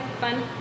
fun